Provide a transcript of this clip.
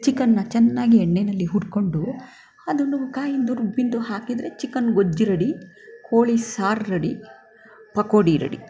ಚಿಕನ್ನ ಚೆನ್ನಾಗಿ ಎಣ್ಣೆಯಲ್ಲಿ ಹುರ್ಕೊಂಡು ಅದನ್ನು ಕಾಯಿಂದು ರುಬ್ಬಿದ್ದು ಹಾಕಿದರೆ ಚಿಕನ್ ಗೊಜ್ಜು ರೆಡಿ ಕೋಳಿ ಸಾರು ರೆಡಿ ಪಕೋಡಿ ರೆಡಿ